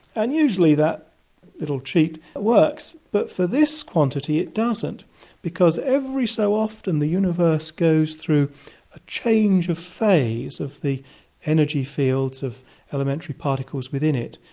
and usually that little cheat works, but for this quantity it doesn't because every so often the universe goes through a change of phase of the energy fields of elementary particles within it,